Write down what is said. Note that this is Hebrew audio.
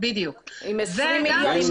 עם 20 מיליון.